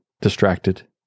distracted